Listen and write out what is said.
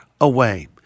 away